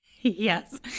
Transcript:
Yes